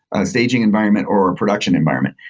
a staging environment or a production environment.